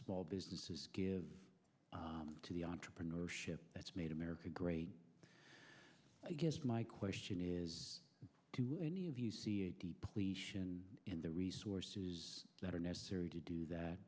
small businesses give to the entrepreneurship that's made america great i guess my question is do any of you see it deeply in the resources that are necessary to do that